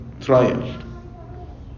trial